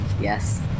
Yes